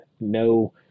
no